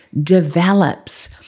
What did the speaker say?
develops